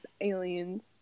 aliens